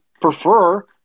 prefer